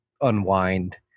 unwind